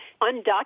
undocumented